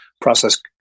process